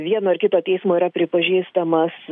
vieno ar kito teismo yra pripažįstamas